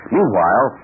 Meanwhile